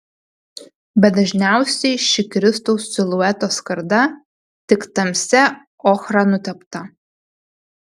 bet dažniausiai ši kristaus silueto skarda tik tamsia ochra nutepta